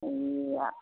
হেৰিয়া